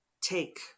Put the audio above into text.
take